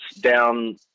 down